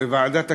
בוועדת הכספים,